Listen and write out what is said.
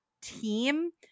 team